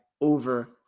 over